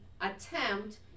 attempt